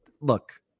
look